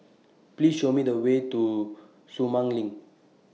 Please Show Me The Way to Sumang LINK